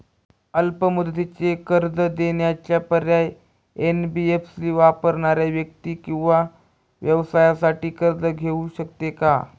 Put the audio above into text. अल्प मुदतीचे कर्ज देण्याचे पर्याय, एन.बी.एफ.सी वापरणाऱ्या व्यक्ती किंवा व्यवसायांसाठी कर्ज घेऊ शकते का?